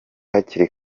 hakiri